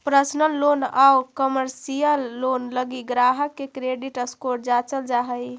personal loan आउ commercial loan लगी ग्राहक के क्रेडिट स्कोर जांचल जा हइ